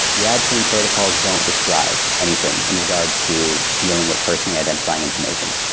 the ah adchain protocols don't describe anything in regards to dealing with personally identifying information.